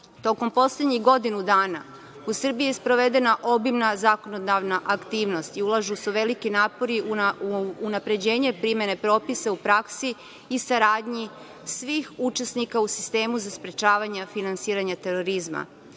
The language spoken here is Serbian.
Tokom poslednjih godinu dana u Srbiji je sprovedena obimna zakonodavna aktivnost i ulažu se veliki napori u unapređenje primene propisa u praksi i saradnji svih učesnika u sistemu za sprečavanje finansiranja terorizma.